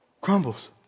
Crumbles